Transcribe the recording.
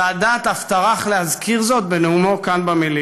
סאדאת אף טרח להזכיר זאת בנאומו כאן,